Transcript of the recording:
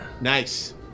Nice